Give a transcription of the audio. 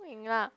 Hui-Ying lah